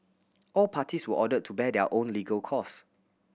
all parties were ordered to bear their own legal cost